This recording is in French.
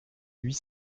huit